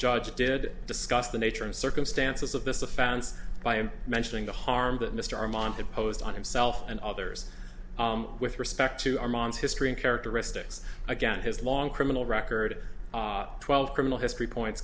judge did discuss the nature and circumstances of this offense by mentioning the harm that mr armont imposed on himself and others with respect to armand's history and characteristics again his long criminal record twelve criminal history points